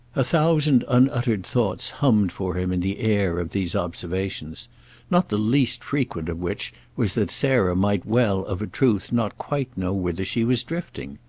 a thousand unuttered thoughts hummed for him in the air of these observations not the least frequent of which was that sarah might well of a truth not quite know whither she was drifting.